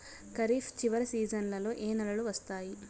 ఖరీఫ్ చివరి సీజన్లలో ఏ నెలలు వస్తాయి?